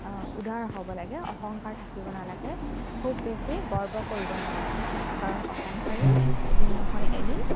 উদাৰ হ'ব লাগে অহংকাৰ থাকিব নালাগে খুব বেছি গৰ্ব কৰিব নালাগে কাৰণ অহংকাৰেই এদিন নহয় এদিন